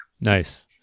Nice